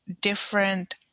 different